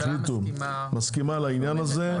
הממשלה מסכימה לעניין הזה,